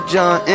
John